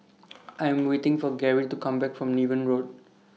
I Am waiting For Gary to Come Back from Niven Road